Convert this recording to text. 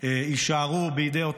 יישארו בידי אותו